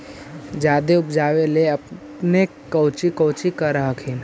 जादे उपजाबे ले अपने कौची कौची कर हखिन?